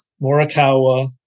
Morikawa